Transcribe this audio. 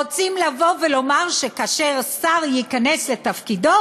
רוצים לומר שכאשר שר ייכנס לתפקידו,